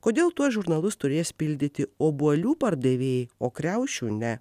kodėl tuos žurnalus turės pildyti obuolių pardavėjai o kriaušių ne